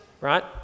right